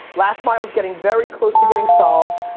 last mile's getting very close to getting solved,